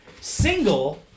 single